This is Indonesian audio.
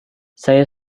saya